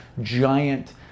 giant